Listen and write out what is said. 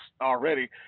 already